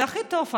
זה הכי טוב,